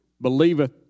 believeth